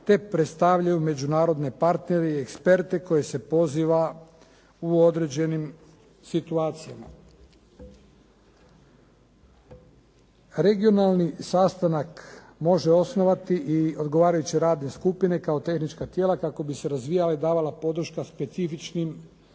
te predstavljaju međunarodne partnere i eksperte koje se poziva u određenim situacijama. Regionalni sastanak može osnovati i odgovarajuće radne skupine kao tehnička tijela kako bi se razvijala i davala podrška specifičnim projektima.